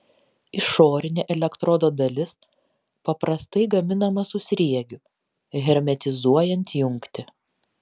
išorinė elektrodo dalis paprastai gaminama su sriegiu hermetizuojant jungtį